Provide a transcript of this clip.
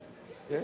כן.